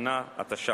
השנה התשע"א,